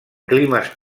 climes